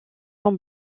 sont